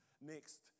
next